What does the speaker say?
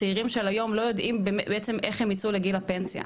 הצעירים של היום לא יודעים אפילו איך הם יצאו לגיל הפנסיה.